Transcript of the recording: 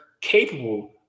capable